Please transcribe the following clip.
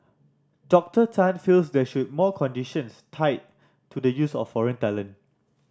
Doctor Tan feels there should more conditions tied to the use of foreign talent